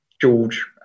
George